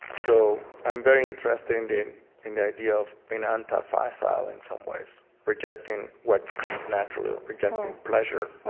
so i'm very interested and in in the idea of being anti-facile in some ways, rejecting what comes naturally or rejecting pleasure